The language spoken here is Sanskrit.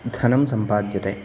धनं सम्पाद्यते